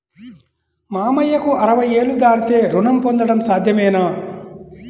మామయ్యకు అరవై ఏళ్లు దాటితే రుణం పొందడం సాధ్యమేనా?